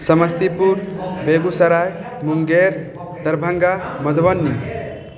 Samastipur Begusarai Munger Darbhanga Madhubani